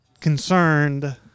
concerned